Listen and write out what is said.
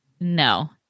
no